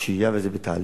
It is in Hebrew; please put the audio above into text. שהייה, וזה בתהליך,